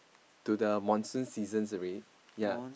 to the monsoon seasons already ya